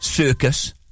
Circus